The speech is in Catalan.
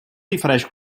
difereix